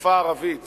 בשפה הערבית